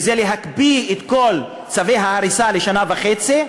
שהיא להקפיא את כל צווי ההריסה לשנה וחצי,